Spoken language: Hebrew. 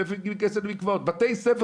בתי כסף,